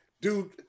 Dude